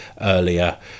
earlier